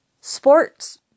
sports